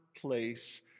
place